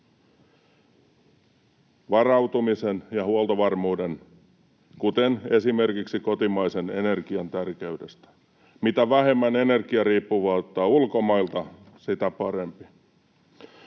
varautumisen ja huoltovarmuuden, kuten esimerkiksi kotimaisen energian, tärkeyden: mitä vähemmän energiariippuvuutta ulkomailta, sitä parempi.